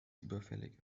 überfällig